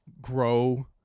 grow